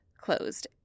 closed